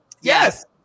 yes